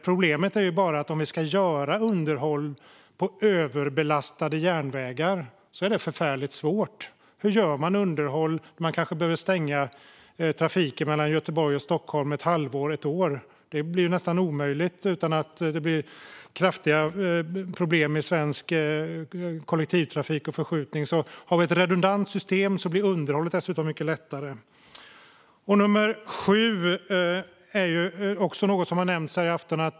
Problemet är bara att om vi ska utföra underhåll på överbelastade järnvägar är det förfärligt svårt. Hur gör man det? Man kanske behöver stänga trafiken mellan Göteborg och Stockholm ett halvår eller ett år. Det blir nästan omöjligt utan kraftiga problem och förskjutningar i svensk kollektivtrafik. Har vi ett redundant system blir underhållet dessutom mycket lättare. Det sjunde är också något som har nämnts här i afton.